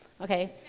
Okay